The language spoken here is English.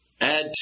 add